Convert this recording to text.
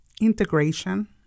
Integration